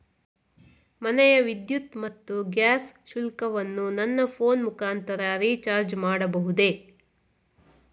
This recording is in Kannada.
ಮನೆಯ ವಿದ್ಯುತ್ ಮತ್ತು ಗ್ಯಾಸ್ ಶುಲ್ಕವನ್ನು ನನ್ನ ಫೋನ್ ಮುಖಾಂತರ ರಿಚಾರ್ಜ್ ಮಾಡಬಹುದೇ?